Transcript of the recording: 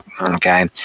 okay